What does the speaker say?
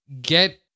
get